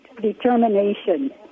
determination